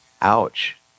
Ouch